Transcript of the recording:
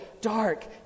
dark